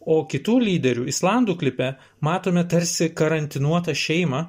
o kitų lyderių islandų klipe matome tarsi karantinuotą šeimą